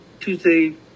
Tuesday